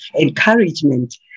encouragement